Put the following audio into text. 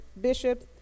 Bishop